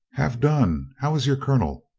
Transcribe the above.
have done! how is your colonel?